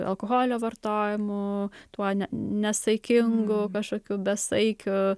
alkoholio vartojimu tuo nesaikingu kažkokiu besaikiu